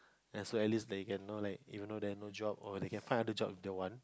so at least like you can know like even though they have no job they can ind other jobs if they want